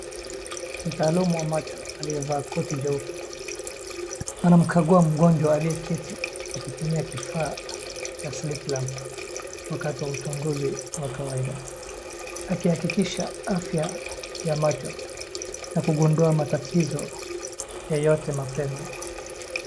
Mtaalumu wa macho aliyevaa koti jeupe, anamkagua mgonjwa aliyeketi, akitumia kifaa cha cha slit lamp wakati wa uchunguzi wa kawaida. Akihakikisha afya ya macho na kugundua matatizo yoyote mapema.